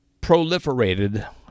proliferated